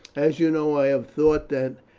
as you know, i have thought that